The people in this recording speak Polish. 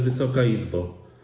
Wysoka Izbo!